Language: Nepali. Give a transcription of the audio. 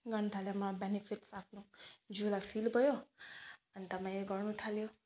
गर्नु थालेँ म बेनिफिट्स आफ्नो जिउलाई फिल भयो अन्त मैले गर्नु थाल्यो